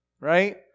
right